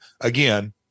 again